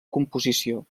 composició